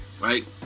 right